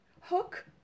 hook